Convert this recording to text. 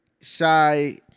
shy